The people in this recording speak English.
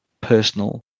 personal